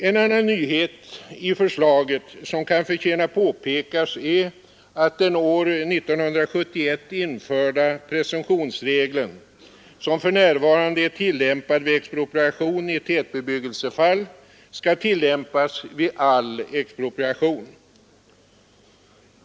En annan nyhet i förslaget som kan förtjäna påpekas är att den år 1971 införda presumtionsregeln som för närvarande är tillämpad vid expropriation i tätbebyggelsefall skall tillämpas vid all expropriation.